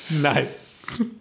Nice